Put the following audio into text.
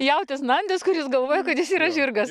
jautis nandis kuris galvoja kad jis yra žirgas